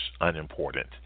unimportant